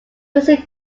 busy